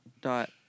dot